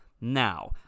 Now